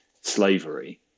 slavery